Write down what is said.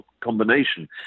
combination